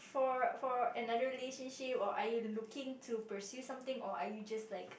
for for another relationship or are you looking to pursue something or are you just like